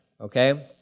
okay